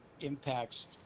impacts